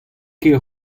ket